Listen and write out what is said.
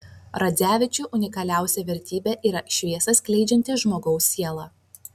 radzevičiui unikaliausia vertybė yra šviesą skleidžianti žmogaus siela